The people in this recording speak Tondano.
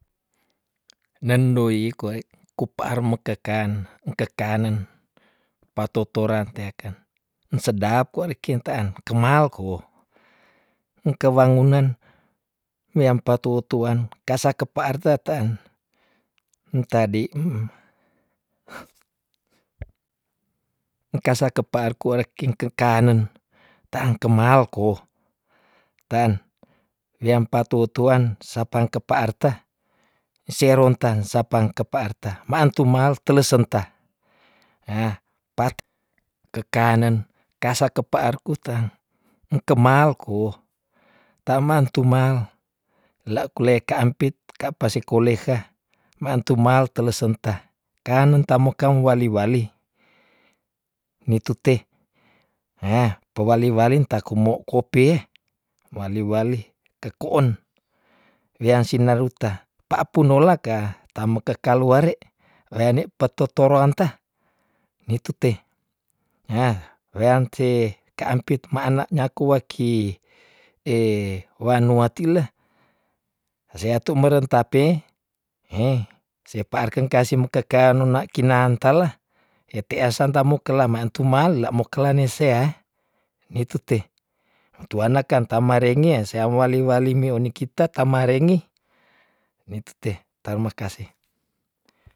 Nen doi koek kupaar mekekan- engkekanen patotoran teaken en sedap kwa reken ta an kemal ko engke wangunan weampa tu tuan kasa kepa ar teten entadi engkasa kepar kurek kin kengkanen tang kemal ko, tan weampa tu tuan sapang kepa ar ta seron tan sapang kepa ar ta ma antu mal telesenta "hah" par kekanen kasa kepa ar kute entemal ko taman tumal la kule ka ampit ka pa sikole ha ma antu mal telesenta kanen tamokang wali wali mitu te, "hah" pa wali wali entah kumo kopie wali wali ke ku on wian sinaruta pa punola ka tameke kaluare weane petoto ranta nitute weanti ka ampit ma ane nyaku waki wa nu wa tile seatu meren tape "heh" separ ken kasih mekekan ona kina an tala hete asan tamo kela ma antu mal la mo kela nesea nitute tuanak kan tamarengea sea wali wali mioni kita tamarenge mitu te tarmakase.